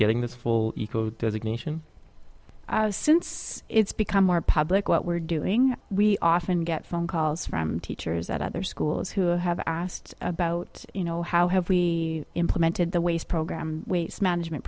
getting this full ignition since it's become more public what we're doing we often get phone calls from teachers at other schools who have asked about you know how have we implemented the waste program waste management